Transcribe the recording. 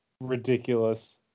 Ridiculous